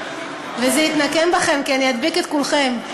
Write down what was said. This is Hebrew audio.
וזה יתנקם בכם כי אני אדביק את כולכם.